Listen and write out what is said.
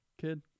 kid